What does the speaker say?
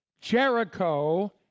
Jericho